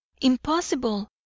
impossible